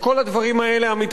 עמיתי חברי הכנסת,